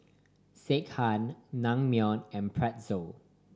Sekihan Naengmyeon and Pretzel